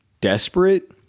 desperate